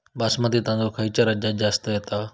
बासमती तांदूळ खयच्या राज्यात जास्त येता?